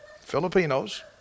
Filipinos